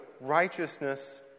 righteousness